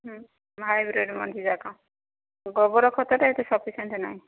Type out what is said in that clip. hybrid ମଞ୍ଜି ଯାକ ଗୋବର ଖତଟା ଏତେ ସଫିସିଏଣ୍ଟ୍ ନାହିଁ